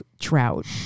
trout